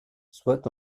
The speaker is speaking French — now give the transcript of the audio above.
soit